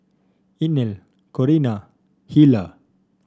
Inell Corrina Hilah